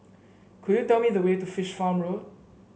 could you tell me the way to Fish Farm Road